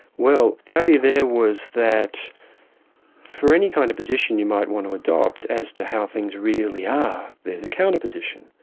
well, the idea there was that for any kind of position you might want to adopt as to how things really are, there's a counter-position.